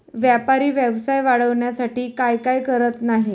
व्यापारी व्यवसाय वाढवण्यासाठी काय काय करत नाहीत